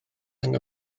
yna